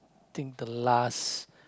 think the last